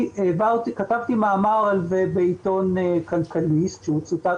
כתבתי מאמר על זה בעיתון כלכליסט שצוטט